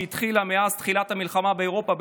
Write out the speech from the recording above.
שהתחילה מאז תחילת המלחמה באירופה,